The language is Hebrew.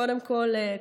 קודם כול,